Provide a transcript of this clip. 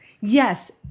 yes